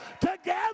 Together